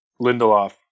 Lindelof